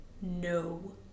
No